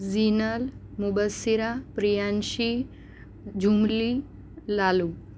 Jinal Mubassir Priyanshi Jumli Lalu